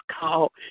call